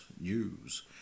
News